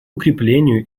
укреплению